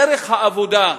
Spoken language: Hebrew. ערך העבודה,